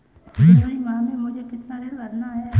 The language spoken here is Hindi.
जनवरी माह में मुझे कितना ऋण भरना है?